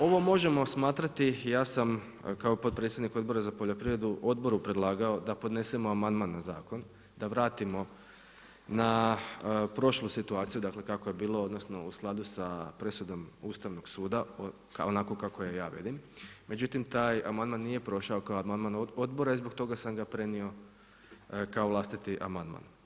Ovo možemo smatrati, ja sam kao potpredsjednik Odbora za poljoprivredu odboru predlagao da podnesemo amandman na zakon, da vratimo na prošlu situaciju, dakle kako je bilo, odnosno u skladu sa presudom Ustavnog suda, onako kako je nja vidim, međutim taj amandman nije prošao kao amandman odbora i zbog toga sam ga prenio kao vlastiti amandman.